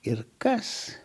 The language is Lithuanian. ir kas